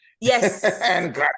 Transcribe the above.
Yes